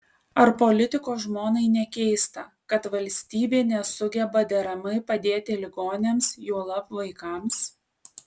ar politiko žmonai nekeista kad valstybė nesugeba deramai padėti ligoniams juolab vaikams